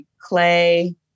clay